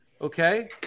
Okay